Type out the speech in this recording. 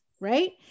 right